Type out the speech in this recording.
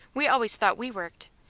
we always thought we worked.